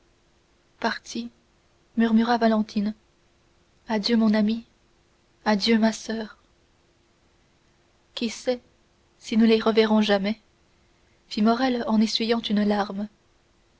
murmura valentine adieu mon amie adieu ma soeur qui sait si nous les reverrons jamais fit morrel en essuyant une larme